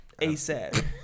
ASAP